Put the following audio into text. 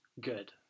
good